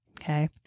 Okay